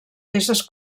peces